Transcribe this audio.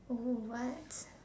oh what